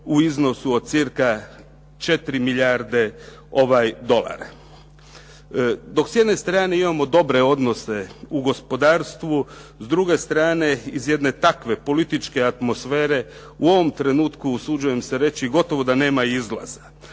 u iznosu od cca 4 milijarde dolara. Dok s jedne strane imamo dobre odnose u gospodarstvu, s druge strane iz jedne takve političke atmosfere u ovom trenutku usuđujem se reći gotovo da nema izlaza,